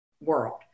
world